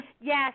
yes